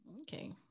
Okay